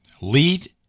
lead